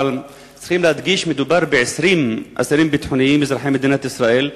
אבל צריכים להדגיש: מדובר ב-20 אסירים ביטחוניים אזרחי מדינת ישראל,